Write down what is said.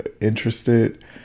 interested